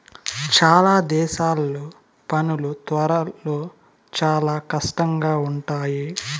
చాలా దేశాల్లో పనులు త్వరలో చాలా కష్టంగా ఉంటాయి